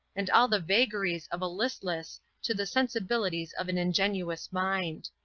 and all the vagaries of a listless to the sensibilities of an ingenuous mind.